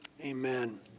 amen